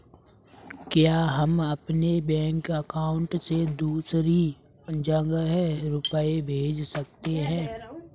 क्या हम अपने बैंक अकाउंट से दूसरी जगह रुपये भेज सकते हैं?